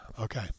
Okay